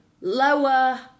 lower